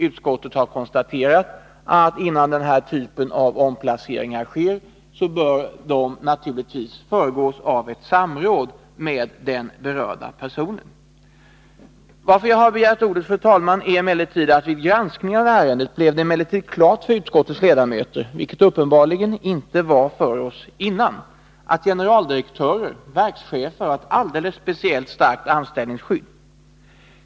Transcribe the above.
Utskottet har konstaterat att innan den här typen av omplacering sker, bör den naturligtvis föregås av ett samråd med den berörda personen. Anledningen till att jag har begärt ordet, fru talman, är emellertid att det vid granskningen av ärendet stod klart för utskottets ledamöter — vilket det uppenbarligen inte hade gjort tidigare — att generaldirektörer, verkschefer, har ett alldeles speciellt starkt anställningsskydd.